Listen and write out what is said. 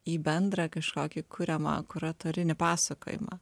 į bendrą kažkokį kuriamą kuratorinį pasakojimą